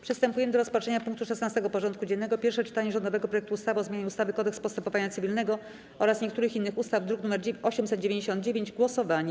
Przystępujemy do rozpatrzenia punktu 16. porządku dziennego: Pierwsze czytanie rządowego projektu ustawy o zmianie ustawy - Kodeks postępowania cywilnego oraz niektórych innych ustaw (druk nr 899) - głosowanie.